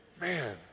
man